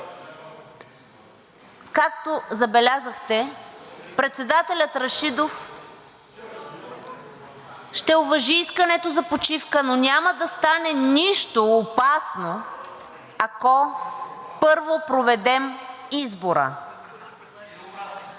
както забелязахте, председателят Рашидов ще уважи искането за почивка, но няма да стане нищо опасно, ако първо проведем избора.